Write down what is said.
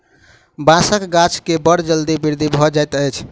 बांसक गाछ के बड़ जल्दी वृद्धि भ जाइत अछि